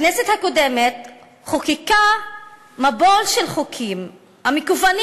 הכנסת הקודמת חוקקה מבול של חוקים המכוונים